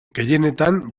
gehienetan